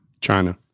China